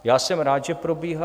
Já jsem rád, že probíhá.